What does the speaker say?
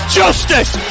justice